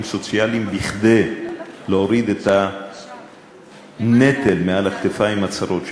סוציאליים כדי להוריד את הנטל מעל הכתפיים הצרות שלהם.